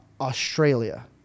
Australia